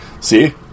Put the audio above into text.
see